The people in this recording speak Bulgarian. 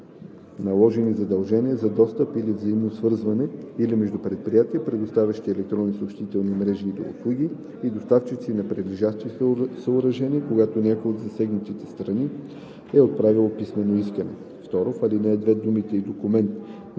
наложени задължения за достъп или взаимно свързване, или между предприятия, предоставящи електронни съобщителни мрежи или услуги, и доставчици на прилежащи съоръжения, когато някоя от засегнатите страни е отправила писмено искане.“ 2. В ал. 2 думите „и документ